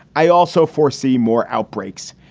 i also foresee more outbreaks.